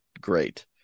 great